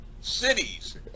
cities